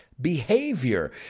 behavior